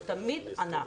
הוא תמיד ענה,